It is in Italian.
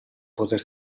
poter